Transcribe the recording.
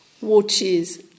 watches